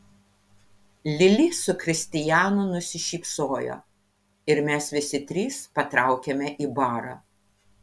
lili su kristijanu nusišypsojo ir mes visi trys patraukėme į barą